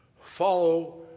Follow